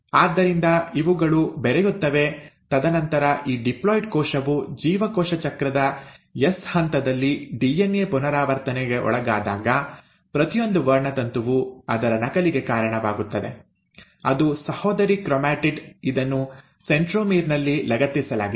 ಆದ್ದರಿಂದ ಇವುಗಳು ಬೆರೆಯುತ್ತವೆ ತದನಂತರ ಈ ಡಿಪ್ಲಾಯ್ಡ್ ಕೋಶವು ಜೀವಕೋಶ ಚಕ್ರದ ಎಸ್ ಹಂತದಲ್ಲಿ ಡಿಎನ್ಎ ಪುನರಾವರ್ತನೆಗೆ ಒಳಗಾದಾಗ ಪ್ರತಿಯೊಂದು ವರ್ಣತಂತುವು ಅದರ ನಕಲಿಗೆ ಕಾರಣವಾಗುತ್ತದೆ ಅದು ಸಹೋದರಿ ಕ್ರೊಮ್ಯಾಟಿಡ್ ಇದನ್ನು ಸೆಂಟ್ರೊಮೀರ್ ನಲ್ಲಿ ಲಗತ್ತಿಸಲಾಗಿದೆ